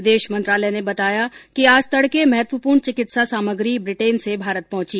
विदेश मंत्रालय ने बताया कि आज तड़के महत्वपूर्ण चिकित्सा सामग्री ब्रिटेन से भारत पहुंची